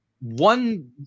one